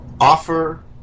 offer